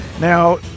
Now